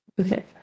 okay